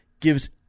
gives